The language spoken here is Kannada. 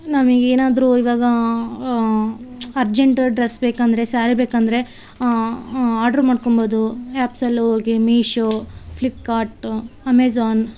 ನಮಗ್ ಏನಾದರು ಇವಾಗ ಅರ್ಜೆಂಟ್ ಡ್ರೆಸ್ ಬೇಕಂದರೆ ಸಾರಿ ಬೇಕಂದರೆ ಆರ್ಡ್ರ್ ಮಾಡ್ಕಬೌದು ಆ್ಯಪ್ಸಲ್ಲಿ ಹೋಗಿ ಮೀಶೋ ಫ್ಲಿಪ್ಕಾರ್ಟ್ ಅಮೆಝಾನ್